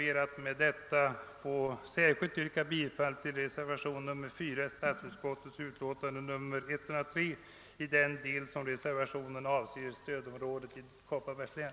Jag ansluter mig till reservationen 4 vid statsutskottets utlåtande nr 103, särskilt i den del som reservationen avser stödområdet i Kopparbergs län.